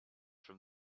from